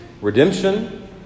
redemption